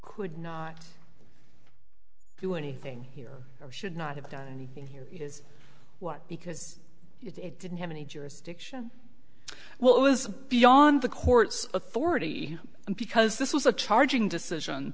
could not do anything here or should not have done anything here is what because it didn't have any jurisdiction well it was beyond the court's authority and because this was a charging decision